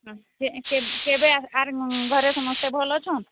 କେବେ ଘରେ ସମସ୍ତେ ଭଲ ଅଛନ୍ତି